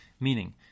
Meaning